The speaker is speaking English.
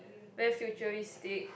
very futuristic